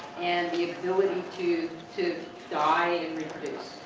and the ability to, to die and reproduce.